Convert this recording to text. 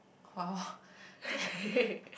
!wow! do you have